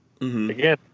again